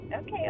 okay